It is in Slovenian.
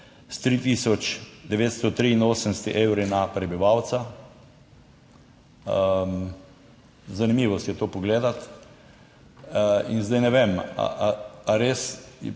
s 3983 evri na prebivalca. Zanimivo si je to pogledati. Zdaj ne vem ali res